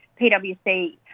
PWC